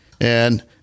and-